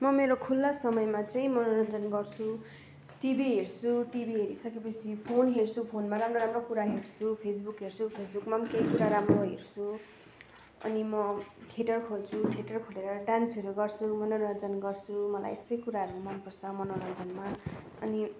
म मेरो खुला समयमा चाहिँ मनोरञ्जन गर्छु टिभी हेर्छु टिभी हेरिसके पछि फोन हेर्छु फोनमा राम्रो राम्रो कुरा हेर्छु फेस बुक हेर्छु फेसबुकमा केही कुरा राम्रो हेर्छु अनि म थिएटर खोल्छु थिएटर खोलेर डान्सहरू गर्छु मनोरञ्जन गर्छु मलाई यस्तै कुराहरू मन पर्छ मनोरञ्जन मा अनि